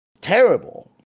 terrible